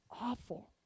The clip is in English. awful